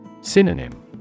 Synonym